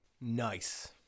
nice